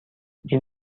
این